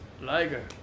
Liger